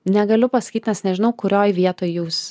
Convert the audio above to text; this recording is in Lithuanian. negaliu pasakyt nes nežinau kurioje vietoj jūs